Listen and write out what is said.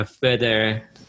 further